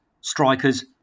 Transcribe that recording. strikers